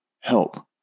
Help